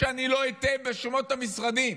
שאני לא אטעה בשמות המשרדים,